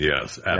yes